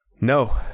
No